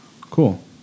Cool